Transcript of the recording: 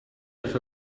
with